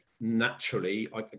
naturally—I